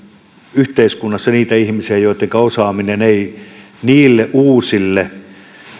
yhteiskunnassa niitä ihmisiä joittenka osaaminen ei riitä uusille